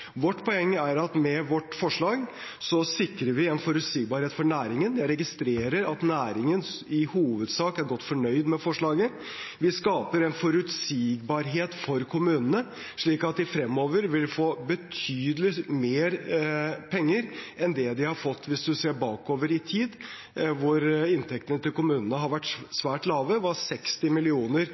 Vårt poeng er at med vårt forslag sikrer vi forutsigbarhet for næringen. Jeg registrerer at næringen i hovedsak er godt fornøyd med forslaget. Vi skaper en forutsigbarhet for kommunene, slik at de fremover vil få betydelig mer penger enn det de har fått hvis man ser bakover i tid, hvor inntektene til kommunene har vært svært lave. Det var 60